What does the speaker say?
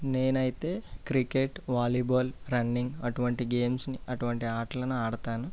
నేనైతే cricket volleyball running అటువంటి గేమ్స్ని అటువంటి ఆటలని ఆడతాను